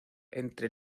entre